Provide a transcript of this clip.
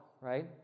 right